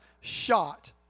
shot